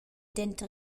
denter